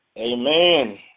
Amen